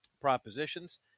propositions—